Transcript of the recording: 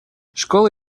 школы